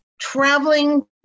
traveling